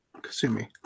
Kasumi